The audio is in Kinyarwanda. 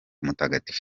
mutagatifu